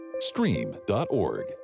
Stream.org